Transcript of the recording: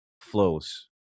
flows